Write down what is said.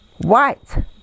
white